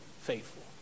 faithful